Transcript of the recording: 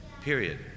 period